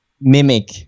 mimic